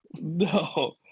No